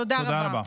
תודה רבה.